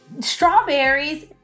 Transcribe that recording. strawberries